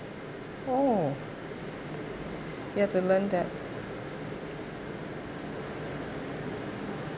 oh you have to learn that